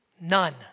None